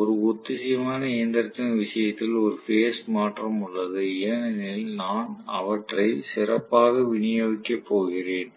ஒரு ஒத்திசைவான இயந்திரத்தின் விஷயத்தில் ஒரு பேஸ் மாற்றம் உள்ளது ஏனெனில் நான் அவற்றை சிறப்பாக விநியோகிக்கப் போகிறேன்